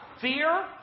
fear